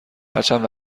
هرچند